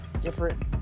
different